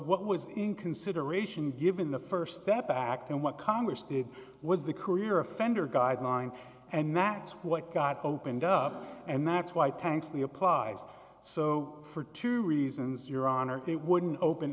what was in consideration given the st step back and what congress did was the career offender guideline and that's what got opened up and that's why tanks the applies so for two reasons your honor they wouldn't open